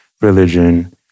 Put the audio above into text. religion